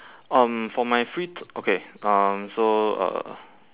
um for my free t~ okay um so uh